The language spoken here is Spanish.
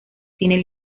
tienen